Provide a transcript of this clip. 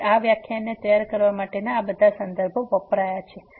તેથી આ વ્યાખ્યાન તૈયાર કરવા માટે આ સંદર્ભો વપરાયા છે